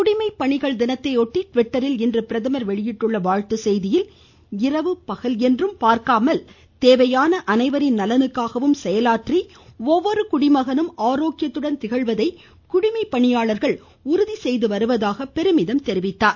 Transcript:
குடிமைப்பணிகள் தினத்தையொட்டி ட்விட்டரில் இன்று பிரதமர் வெளியிட்டுள்ள வாழ்த்துச்செய்தியில் இரவு பகல் பார்க்காமல் தேவையான அனைவரின் நலனுக்காகவும் செயலாற்றி ஒவ்வொரு குடிமகனும் ஆரோக்கியத்துடன் திகழ்வதை குடிமைப்பணியாளர்கள் உறுதி செய்துவருவதாக பெருமிதம் தெரிவித்துள்ளார்